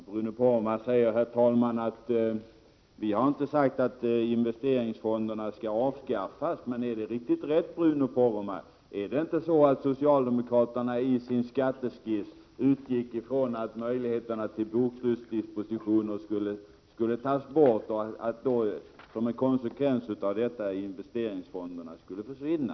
Herr talman! Bruno Poromaa säger att socialdemokraterna inte har sagt att investeringsfonderna skall avskaffas. Men är det riktigt rätt, Bruno Poromaa? Utgick inte socialdemokraterna i sin skatteskiss från att möjligheterna till bokslutsdispositioner skulle tas bort och att investeringsfonderna som en konsekvens av detta skulle försvinna?